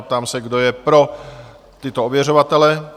Ptám se, kdo je pro tyto ověřovatele?